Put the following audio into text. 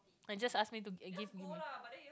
like just ask me to